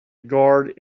guard